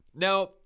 Now